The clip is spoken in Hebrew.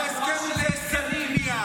זו הבטחת הבחירות שלכם.